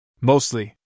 Mostly